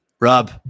Rob